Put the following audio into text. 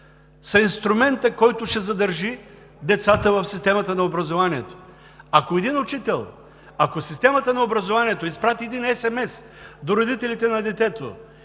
са инструментът, който ще задържи децата в системата на образованието. Ако един учител в системата на образованието изпрати SMS до родителите на детето